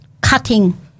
cutting